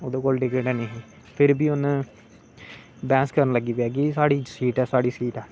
ओहदे कोल टिकट हे नी ही फिर बी उनें बैह्स करन लग्गी पेआ कि साढ़ी सीट ऐ साढ़ी सीट ऐ